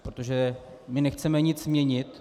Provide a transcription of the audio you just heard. Protože my nechceme nic měnit.